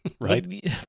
Right